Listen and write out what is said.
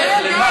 איך, לְמה?